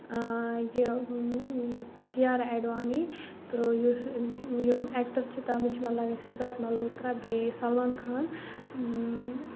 یہِ یِم کِیارا اٮ۪ڈوانی تہٕ یُس یِم اٮ۪کٹَر چھِ تَتھ منٛز چھِ مےٚ لَگان سِدھارت ملہوترا بیٚیہِ سَلمان خان